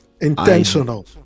Intentional